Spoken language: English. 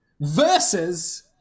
versus